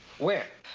where?